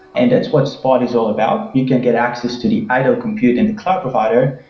and that's what spot is all about. you can get access to the idle compute in the cloud provider,